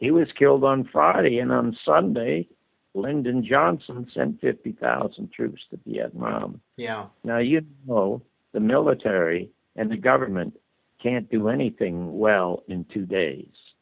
he was killed on friday and on sunday lyndon johnson said it thousand troops that you know now you know the military and the government can't do anything well in two days